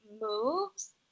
moves